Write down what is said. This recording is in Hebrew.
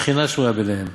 שכינה שרויה ביניהן,